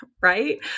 Right